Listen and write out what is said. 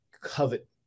covet